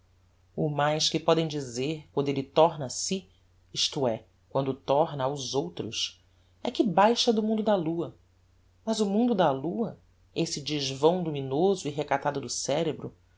o mais que podem dizer quando elle torna a si isto é quando torna aos outros é que baixa do mundo da lua mas o mundo da lua esse desvão luminoso e recatado do cerebro